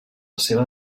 seva